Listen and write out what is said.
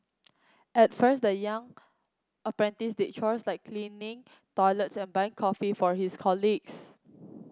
at first the young apprentice did chores like cleaning toilets and buying coffee for his colleagues